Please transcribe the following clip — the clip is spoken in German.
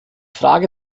frage